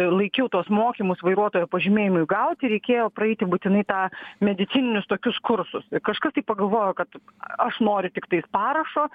laikiau tuos mokymus vairuotojo pažymėjimui gauti reikėjo praeiti būtinai tą medicininius tokius kursus kažkas tai pagalvojo kad aš noriu tiktais parašo